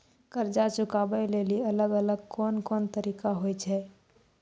कर्जा चुकाबै लेली अलग अलग कोन कोन तरिका होय छै?